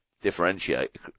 differentiate